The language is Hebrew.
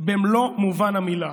במלוא מובן המילה".